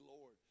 Lord